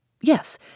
Yes